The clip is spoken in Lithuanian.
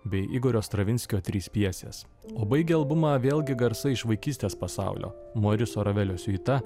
bei igorio stravinskio trys pjesės o baigia albumą vėlgi garsai iš vaikystės pasaulio moriso ravelio siuita